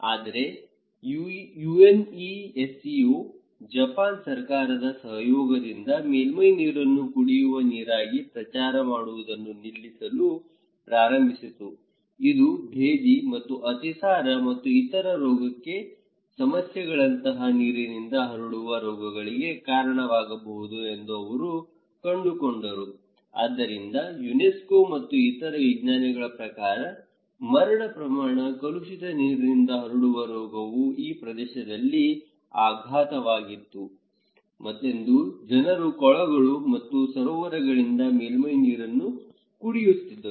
ಆದರೆ UNESCO Japan ಸರ್ಕಾರದ ಸಹಯೋಗದೊಂದಿಗೆ ಮೇಲ್ಮೈ ನೀರನ್ನು ಕುಡಿಯುವ ನೀರಾಗಿ ಪ್ರಚಾರ ಮಾಡುವುದನ್ನು ನಿಲ್ಲಿಸಲು ಪ್ರಾರಂಭಿಸಿತು ಇದು ಭೇದಿ ಮತ್ತು ಅತಿಸಾರ ಮತ್ತು ಇತರ ಆರೋಗ್ಯ ಸಮಸ್ಯೆಗಳಂತಹ ನೀರಿನಿಂದ ಹರಡುವ ರೋಗಗಳಿಗೆ ಕಾರಣವಾಗಬಹುದು ಎಂದು ಅವರು ಕಂಡುಕೊಂಡರು ಆದ್ದರಿಂದ ಯುನೆಸ್ಕೋ ಮತ್ತು ಇತರ ವಿಜ್ಞಾನಿಗಳ ಪ್ರಕಾರ ಮರಣ ಪ್ರಮಾಣ ಕಲುಷಿತ ನೀರಿನಿಂದ ಹರಡುವ ರೋಗವು ಈ ಪ್ರದೇಶದಲ್ಲಿ ಅಗಾಧವಾಗಿತ್ತು ಎಂದು ಜನರು ಕೊಳಗಳು ಮತ್ತು ಸರೋವರಗಳಿಂದ ಮೇಲ್ಮೈ ನೀರನ್ನು ಕುಡಿಯುತ್ತಿದ್ದರು